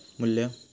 मू्ल्य